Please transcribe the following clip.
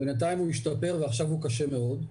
בינתיים הוא השתפר ועכשיו הוא קשה מאוד.